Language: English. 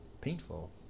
painful